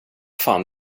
fan